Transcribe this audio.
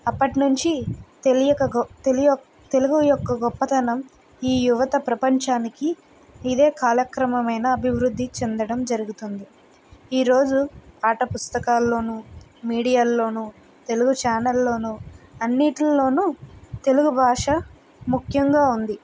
అప్పటి నుంచి తెలియక తెలి తెలుగు యొక్క గొప్పదనం ఈ యువత ప్రపంచానికి ఇదే కాలక్రమమైన అభివృద్ధి చెందడం జరుగుతుంది ఈ రోజు పాఠ్య పుస్తకాల్లోనూ మీడియా లోనూ తెలుగు ఛానెల్ ల్లోనూ అన్నిటిల్లోనూ తెలుగు భాష ముఖ్యంగా ఉంది